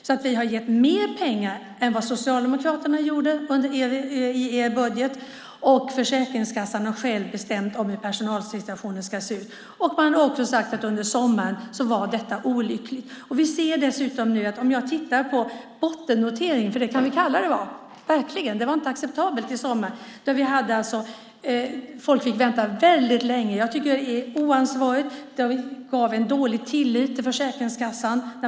Vi har alltså gett mer pengar än vad Socialdemokraterna gjorde i sin budget, och Försäkringskassan har själv bestämt hur personalsituationen ska se ut. De har också sagt att det som skedde under sommaren var olyckligt. Om vi tittar på bottennoteringen - det kan vi kalla det, det var inte acceptabelt i sommar - ser vi att folk fick vänta väldigt länge. Jag tycker att det är oansvarigt. Att inte få sina pengar ger en dålig tillit till Försäkringskassan.